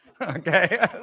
Okay